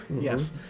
Yes